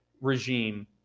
regime